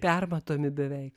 permatomi beveik